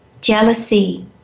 jealousy